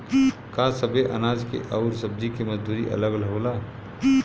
का सबे अनाज के अउर सब्ज़ी के मजदूरी अलग अलग होला?